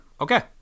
Okay